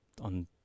on